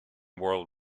world